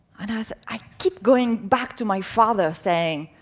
and i keep going back to my father, saying,